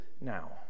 now